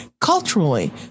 culturally